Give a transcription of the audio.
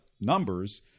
numbers